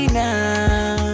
now